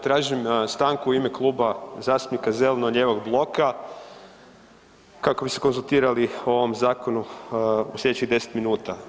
Tražim stanku u ime Kluba zastupnika zeleno-lijevog bloka kako bi se konzultirali o ovom zakonu slijedećih 10 minuta.